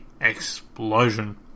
explosion